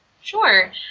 Sure